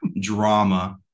drama